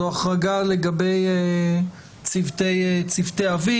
זו החרגה לגבי צוותי אוויר.